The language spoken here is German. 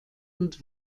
und